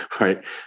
Right